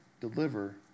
deliver